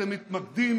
אתם מתמקדים